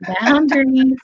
Boundaries